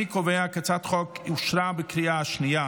אני קובע כי הצעת החוק אושרה בקריאה השנייה.